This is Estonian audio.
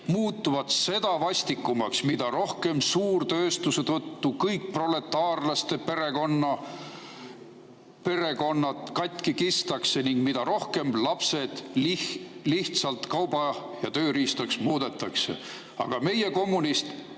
muutuvad seda vastikumaks, mida rohkem suurtööstuse tõttu kõik proletaarlaste perekonnad katki kistakse ning mida rohkem lapsed lihtsalt kaubaks ja tööriistaks muudetakse. Aga teie, kommunistid,